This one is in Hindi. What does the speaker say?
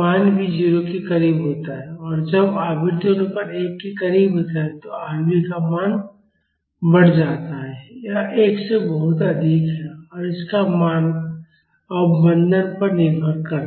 मान भी 0 के करीब होता है और जब आवृत्ति अनुपात 1 के करीब होता है तो Rv का मान बढ़ जाता है यह 1 से बहुत अधिक है और इसका मान अवमंदन पर निर्भर करता है